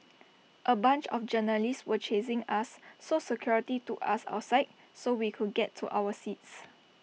A bunch of journalists were chasing us so security took us outside so we could get to our seats